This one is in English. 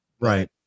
Right